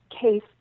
case